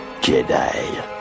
Jedi